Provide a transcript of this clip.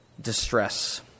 distress